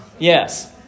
Yes